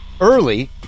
early